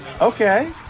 okay